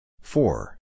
four